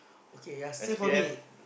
okay ya same for me